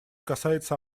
касается